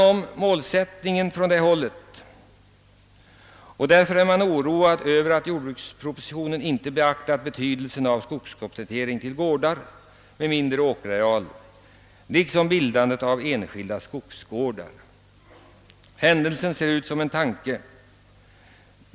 Särskilt mot den bakgrunden är man oroad över att departementschefen i jordbrukspropositionen inte beaktat betydelsen av skogskomplettering för gårdar med mindre åkerareal och inte heller bildandet av enskilda skogsgårdar. Det är en händelse som ser ut som en tanke.